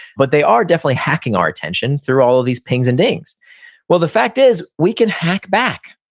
but they are definitely hacking our attention through all of these pings and dings well, the fact is, we can hack back.